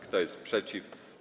Kto jest przeciw?